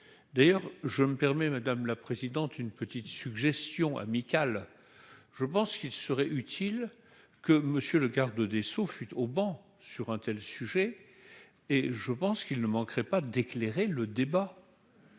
d'ailleurs, je me permets, madame la présidente, une petite suggestion amicale, je pense qu'il serait utile que monsieur le garde des Sceaux, fut au banc sur un tel sujet et je pense qu'il ne manquerait pas d'éclairer le débat.